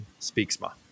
Speaksma